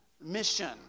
mission